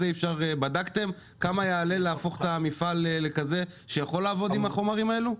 בדקתם כמה יעלה להפוך את המפעל לכזה שיכול לעבוד עם החומרים האלה?